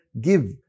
give